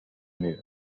mur